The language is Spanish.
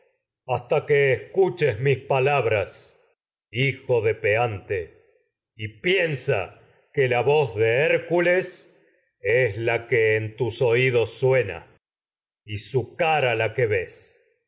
hasta que escuches mis pa voz labras hijo de peante es y piensa que la y su de hércules la que en tus oídos suena cara la queves por que tu